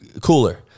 cooler